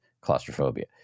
claustrophobia